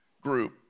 group